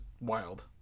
wild